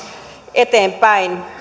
eteenpäin